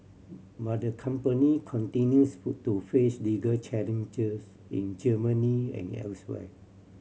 but the company continues to face legal challenges in Germany and elsewhere